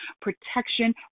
protection